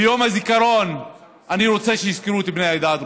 ביום הזיכרון אני רוצה שיזכרו את בני העדה הדרוזית,